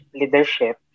leadership